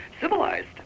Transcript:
civilized